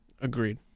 Agreed